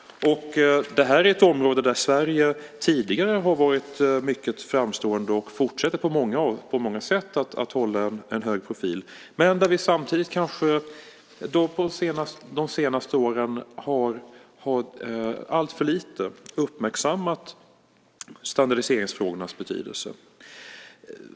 Det här är ett område där Sverige tidigare har varit mycket framstående och på många sätt fortsätter att hålla en hög profil. Samtidigt har vi på de senaste åren alltför lite uppmärksammat standardiseringsfrågornas betydelse.